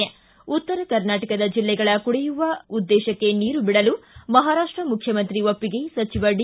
ು ಉತ್ತರ ಕರ್ನಾಟಕದ ಜಿಲ್ಲೆಗಳ ಕುಡಿಯುವ ಉದ್ದೇಶಕ್ಕೆ ನೀರು ಬಿಡಲು ಮಹಾರಾಷ್ಟ ಮುಖ್ಯಮಂತ್ರಿ ಒಪ್ಪಿಗೆ ಸಚಿವ ಡಿ